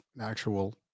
actual